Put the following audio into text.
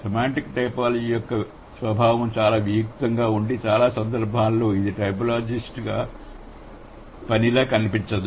semantic typology యొక్క స్వభావం చాలా వియుక్తంగా ఉండి చాలా సందర్భాలలో ఇది టైపోలాజిస్ట్ పనిలాగా కనిపించదు